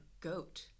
goat